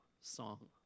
song